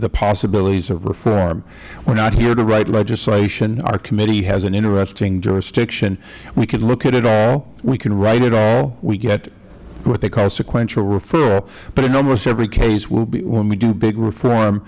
the possibilities of reform we are not here to write legislation our committee has an interesting jurisdiction we can look at it all we can write it all we get what they call sequential referral but in almost every case when we do big reform